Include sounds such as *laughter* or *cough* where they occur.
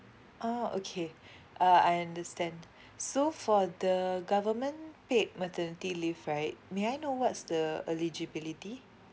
oh okay *breath* uh I understand so for the government paid maternity leave right may I know what's the eligibility